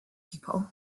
people